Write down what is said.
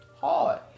Hard